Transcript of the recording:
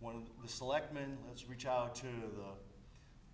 one of the selectmen that's reach out to